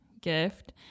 gift